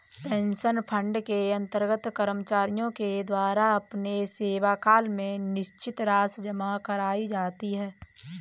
pension fund के अंतर्गत कर्मचारियों के द्वारा अपने सेवाकाल में निश्चित राशि जमा कराई जाती है